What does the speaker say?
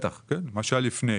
את מה שהיה לפני.